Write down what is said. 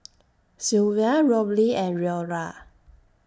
Sylvia Robley and Leora